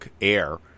Air